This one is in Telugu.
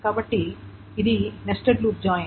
కాబట్టి ఇది నెస్టెడ్ లూప్ జాయిన్